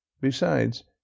Besides